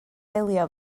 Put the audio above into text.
delio